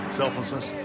selflessness